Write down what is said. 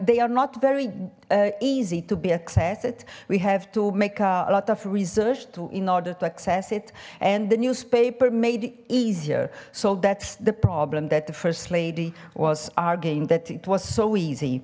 they are not very easy to be access it we have to make a lot of research to in order to access it and the newspaper made easier so that's the problem that the first lady was our game that it was so easy